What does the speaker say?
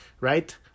right